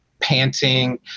panting